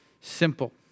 Simple